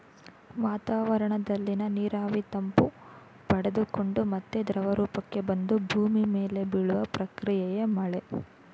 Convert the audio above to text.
ವಾತಾವರಣದಲ್ಲಿನ ನೀರಾವಿ ತಂಪು ಪಡೆದುಕೊಂಡು ಮತ್ತೆ ದ್ರವರೂಪಕ್ಕೆ ಬಂದು ಭೂಮಿ ಮೇಲೆ ಬೀಳುವ ಪ್ರಕ್ರಿಯೆಯೇ ಮಳೆ